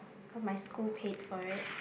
cause my school paid for it